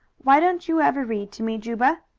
why don't you ever read to me, juba?